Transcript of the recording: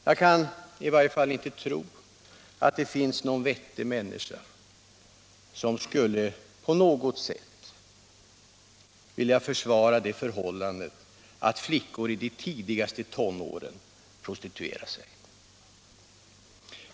Jag kan i varje fall icke tro att det finns någon vettig människa som på något sätt skulle vilja försvara det förhållandet att flickor i de tidigaste tonåren prostituerar sig.